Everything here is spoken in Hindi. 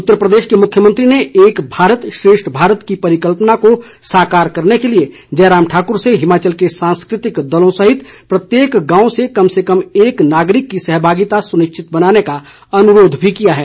उत्तर प्रदेश के मुख्यमंत्री ने एक भारत श्रेष्ठ भारत की परिकल्पना को साकार करने के लिए जयराम ठाकुर से हिमाचल के सांस्कृतिक दलों सहित प्रत्येक गांव से कम से कम एक नागरिक की सहभागिता सुनिश्चित बनाने का अनुरोध भी किया है